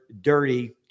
dirty